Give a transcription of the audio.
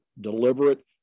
deliberate